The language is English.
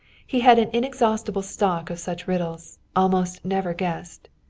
he had an inexhaustible stock of such riddles, almost never guessed.